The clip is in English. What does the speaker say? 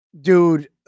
Dude